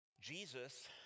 Jesus